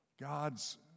God's